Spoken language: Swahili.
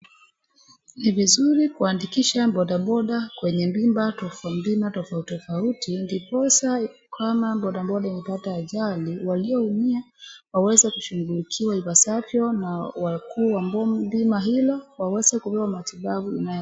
Ni vizuri kuandikisha bodaboda kwenye bima ndiposa kama bodaboda kwenye bima tofauti tofauti ndiposa kama bodaboda imepata ajali walioumia waweze kushughulikiwa ipasavyo na wakuu wa bima hilo waweze kupewa matibabu inayofaa.